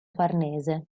farnese